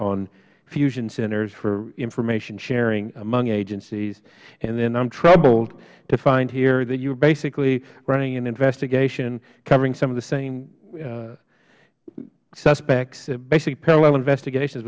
on fusion centers for information sharing among agencies and then i'm troubled to find here that you're basically running an investigation covering some of the same suspects basically parallel investigations